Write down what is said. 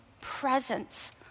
presence